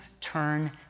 turn